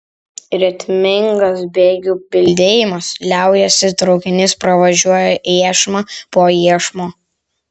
ritmingas bėgių bildėjimas liaujasi traukinys pravažiuoja iešmą po iešmo